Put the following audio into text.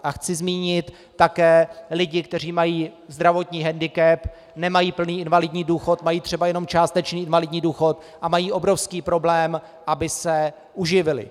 A chci zmínit také lidi, kteří mají zdravotní hendikep, nemají plný invalidní důchod, mají třeba jenom částečný invalidní důchod a mají obrovský problém, aby se uživili.